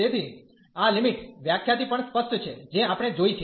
તેથી આ લિમિટ વ્યાખ્યાથી પણ સ્પષ્ટ છે જે આપણે જોઇ છે